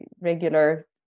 regular